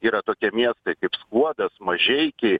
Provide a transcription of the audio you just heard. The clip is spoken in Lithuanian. yra tokie miestai kaip skuodas mažeikiai